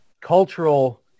cultural